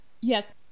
Yes